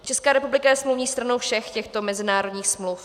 Česká republika je smluvní stranou všech těchto mezinárodních smluv.